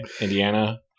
Indiana